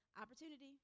opportunity